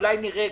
אולי נראה,